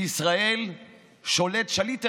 בישראל שולט שליט אחד,